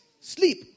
sleep